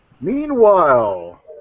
Meanwhile